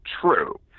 true